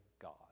God